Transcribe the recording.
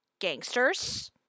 Gangsters